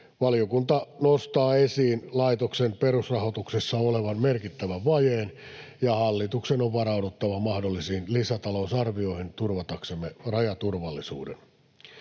Valiokunta nostaa esiin laitoksen perusrahoituksessa olevan merkittävän vajeen, ja hallituksen on varauduttava mahdollisiin lisätalousarvioihin turvataksemme rajaturvallisuuden.